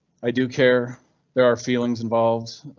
i do care there are feelings involved.